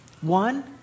One